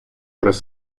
прес